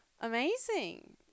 Amazing